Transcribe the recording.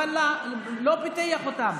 אבל לא פיתח אותם,